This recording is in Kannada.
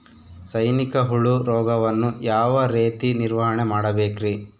ಸೈನಿಕ ಹುಳು ರೋಗವನ್ನು ಯಾವ ರೇತಿ ನಿರ್ವಹಣೆ ಮಾಡಬೇಕ್ರಿ?